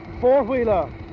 four-wheeler